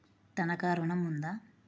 తనఖా ఋణం ఉందా?